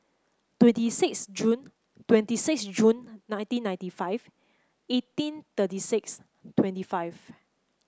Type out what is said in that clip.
twenty six Jun twenty six Jun nineteen ninety five eighteen thirty six twenty five